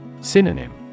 Synonym